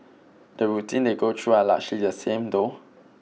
the routines they go through are largely the same though